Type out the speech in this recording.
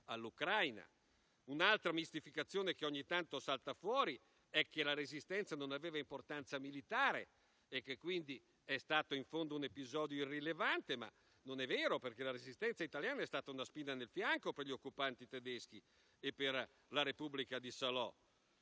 Un'altra mistificazione che ogni tanto salta fuori è che la Resistenza non aveva importanza militare e quindi è stato in fondo un episodio irrilevante, ma non è vero, perché la Resistenza italiana è stata una spina nel fianco per gli occupanti tedeschi e per la Repubblica di Salò.